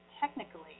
technically